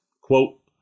Quote